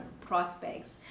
prospects